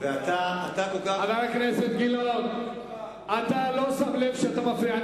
חבר הכנסת גילאון, אתה לא שם לב שאתה מפריע?